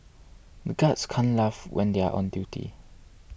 the guards can't laugh when they are on duty